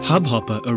Hubhopper